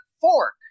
fork